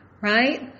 Right